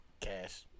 Cash